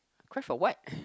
cry for what